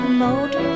mode